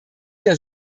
der